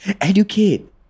Educate